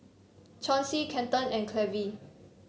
Chauncey Kenton and Clevie